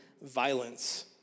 violence